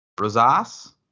Rosas